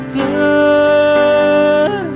good